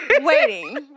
Waiting